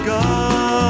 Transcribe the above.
God